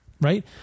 right